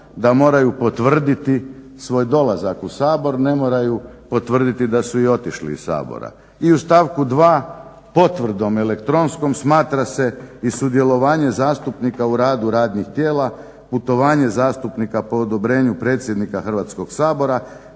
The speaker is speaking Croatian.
da moraju potvrditi svoj dolazak u Sabor, ne moraju potvrditi da su i otišli iz Sabora. I u stavku 2. potvrdom elektronskom smatra se i sudjelovanje zastupnika u radu radnih tijela, putovanje zastupnika po odobrenju predsjednika Hrvatskog sabora,